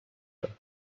her